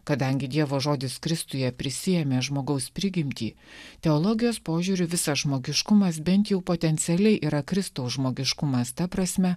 kadangi dievo žodis kristuje prisiėmė žmogaus prigimtį teologijos požiūriu visas žmogiškumas bent jau potencialiai yra kristaus žmogiškumas ta prasme